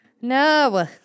No